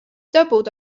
doubled